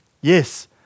Yes